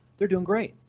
they're doing great.